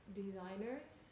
designers